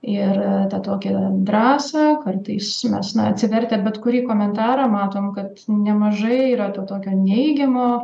ir tokią drąsą kartais mes na atsivertę bet kurį komentarą matom kad nemažai yra to tokio neigiamo